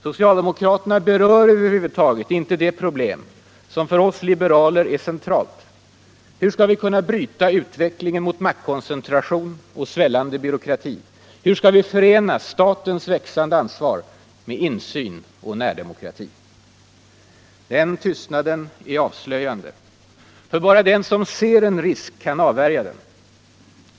Socialdemokraterna berör över huvud taget inte det problem som för oss liberaler är centralt: hur vi skall kunna bryta utvecklingen mot maktkoncentration och svällande byråkrati, förena statens växande ansvar med insyn och närdemokrati. Den tystnaden är avslöjande — för bara den som ser en risk kan avvärja den.